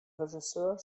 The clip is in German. regisseur